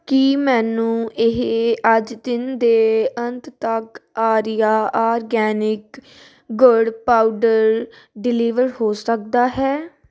ਕੀ ਮੈਨੂੰ ਇਹ ਅੱਜ ਦਿਨ ਦੇ ਅੰਤ ਤੱਕ ਆਰੀਆ ਆਰਗੈਨਿਕ ਗੁੜ ਪਾਊਡਰ ਡਿਲਿਵਰ ਹੋ ਸਕਦਾ ਹੈ